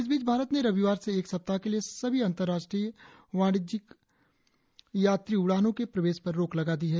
इस बीच भारत ने रविवार से एक सप्ताह के लिए सभी अंतर्राष्ट्रीय वाणिज्यिक यात्री उड़ानों के प्रवेश पर रोक लगा दी है